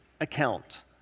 account